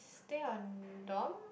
stay on dorm